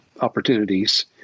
opportunities